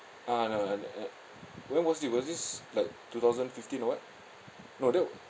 ah no no uh uh when was this was this like two thousand fifteen or what no that wa~